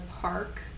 park